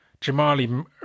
Jamali